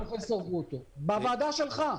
בוועדה שלך,